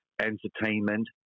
entertainment